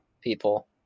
people